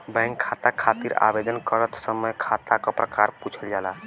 bank खाता खातिर आवेदन करत समय खाता क प्रकार पूछल जाला